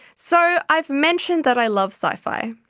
so, i've mentioned that i love sci-fi,